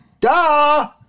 duh